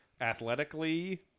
athletically